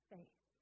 Faith